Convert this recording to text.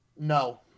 No